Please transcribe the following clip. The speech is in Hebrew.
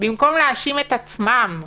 במקום להאשים את עצמם.